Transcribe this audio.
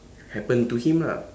happen to him lah